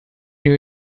new